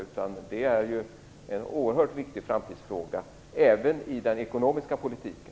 Detta är en oerhört viktig framtidsfråga även i den ekonomiska politiken.